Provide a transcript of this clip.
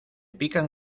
pican